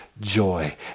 joy